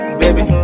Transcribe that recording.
baby